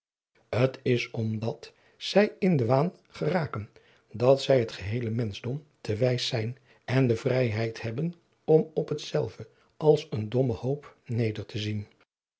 t is om dat zij in den waan geraken dat zij het geheele menschdom te wijs zijn en de vrijheid hebben om op hetzelve als een dommen hoop nedertezien